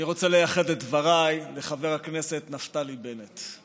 אני רוצה לייחד את דבריי לחבר הכנסת נפתלי בנט,